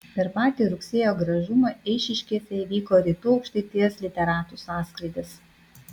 per patį rugsėjo gražumą eišiškėse įvyko rytų aukštaitijos literatų sąskrydis